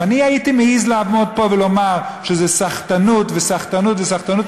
אם אני הייתי מעז לעמוד פה ולומר שזה סחטנות וסחטנות וסחטנות,